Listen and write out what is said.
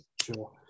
Sure